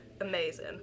amazing